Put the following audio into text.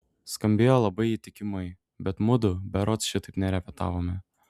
skambėjo labai įtikimai bet mudu berods šitaip nerepetavome